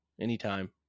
anytime